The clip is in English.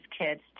kids